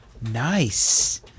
Nice